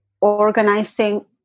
organizing